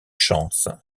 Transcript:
chances